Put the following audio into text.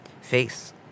face